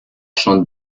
schon